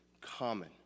common